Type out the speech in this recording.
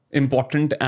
important